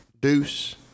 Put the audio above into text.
deuce